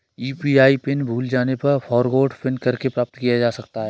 UPI pin भूल जाने पर फ़ॉरगोट पिन करके प्राप्त किया जा सकता है